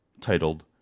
titled